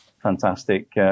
Fantastic